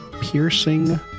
Piercing